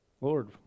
Lord